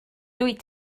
dwyt